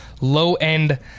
low-end